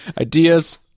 ideas